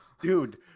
Dude